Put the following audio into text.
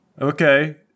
Okay